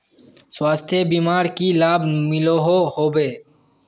स्वास्थ्य बीमार की की लाभ मिलोहो होबे?